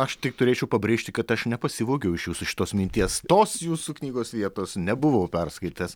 aš tik turėčiau pabrėžti kad aš nepasivogiau iš jūsų šitos minties tos jūsų knygos vietos nebuvau perskaitęs